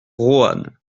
roanne